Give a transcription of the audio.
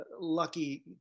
lucky